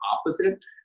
opposite